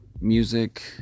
music